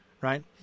Right